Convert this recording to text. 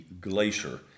glacier